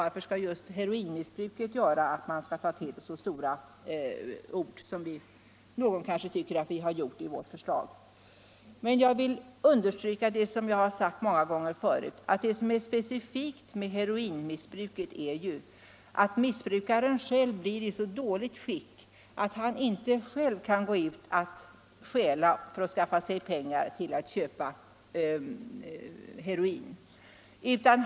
Varför skall just heroinmissbruket föranleda så stora ord som man kanske tycker att vi tillgripit i vår skrivning? Jag vill då, som jag gjort så många gånger förut, understryka att det specifika med heroinmissbruket är att missbrukaren blir i så dåligt skick att han icke själv kan gå ut för att stjäla eller på annat sätt skaffa sig pengar för att köpa heroin.